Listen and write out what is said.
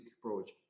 approach